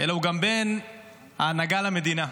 אלא הוא גם בין ההנהגה למדינה.